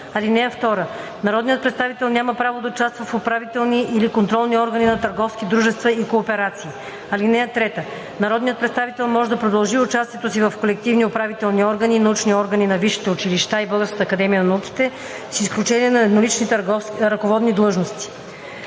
(2) Народният представител няма право да участва в управителни или контролни органи на търговски дружества и кооперации. (3) Народният представител може да продължи участието си в колективни управителни органи и научни органи на висшите училища и Българската академия на науките с изключение на еднолични ръководни длъжности“.